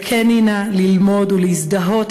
זכני נא ללמוד ולהזדהות,